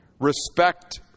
respect